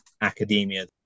academia